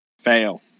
Fail